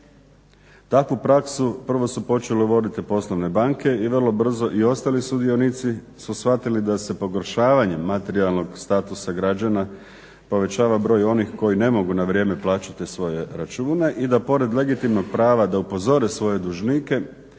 Takvu praksu prvo su počeli uvoditi poslovne banke, i vrlo brzo i ostali sudionici su shvatili da se pogoršavanjem materijalnog statusa građana povećava broj onih koji ne mogu na vrijeme plaćati te svoje račune i da pored legitimnog prava da upozore svoje dužnike